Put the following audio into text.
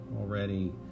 already